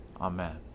Amen